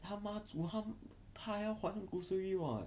他妈煮他要还 grocery [what]